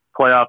playoff